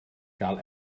gael